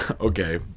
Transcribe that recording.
okay